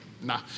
nah